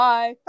Bye